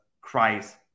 Christ